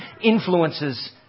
influences